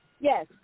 Yes